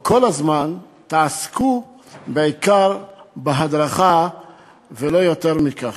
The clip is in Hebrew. או כל הזמן, תעסקו בעיקר בהדרכה ולא יותר מכך.